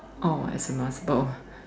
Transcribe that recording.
orh as a math ball